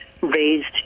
raised